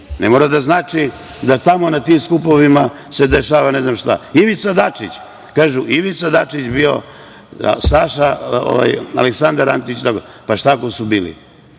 ne mora da znači da tamo na tim skupovima se dešava ne znam šta. Kažu da je bio Ivica Dačić i Aleksandar Antić. Pa šta ako su bili?